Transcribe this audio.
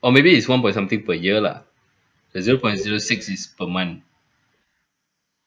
or maybe is one point something per year lah the zero point zero six is per month